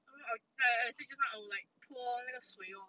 so I will like I say just now I will like 脱那个水 lor